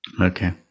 okay